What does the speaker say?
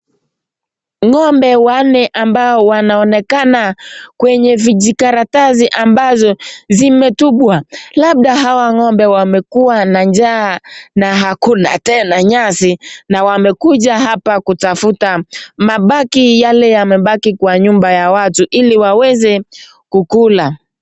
Ng'ombe wanne ambao wanaonekana kwenye vijikaratasi ambavyo vimetupwa. Labda hawa ng'ombe wamekuwa na njaa na hakuna tena nyasi na wamekuja hapa kutafuta mabaki yaliyobaki kwenye nyumba za watu ili waweze kukula.